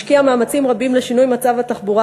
משקיע מאמצים רבים לשינוי מצב התחבורה